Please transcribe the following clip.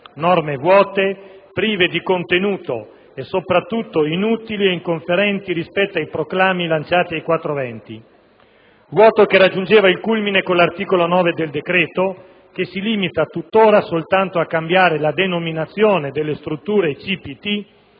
norme vuote, prive di contenuto e soprattutto inutili e inconferenti rispetto ai proclami lanciati ai quattro venti. Vuoto che raggiungeva il culmine con l'articolo 9 del decreto, che si limita tuttora soltanto a cambiare la denominazione delle strutture CPT